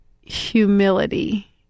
humility